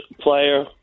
player